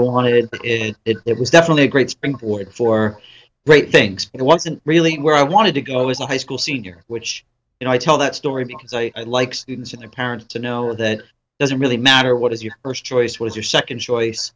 wanted it it was definitely a great springboard for great things it wasn't really where i wanted to go i was a high school senior which you know i tell that story because i like students and parents to know that doesn't really matter what is your first choice was your second choice